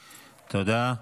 תודה.